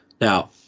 Now